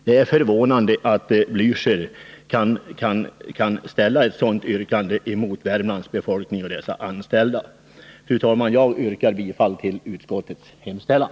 Det är förvånande att Raul Blächer nu kan ställa ett sådant yrkande, riktat mot Värmlands befolkning. Fru talman! Jag yrkar bifall till utskottets hemställan.